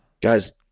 Guys